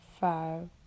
five